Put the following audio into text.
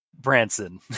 Branson